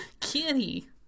kitty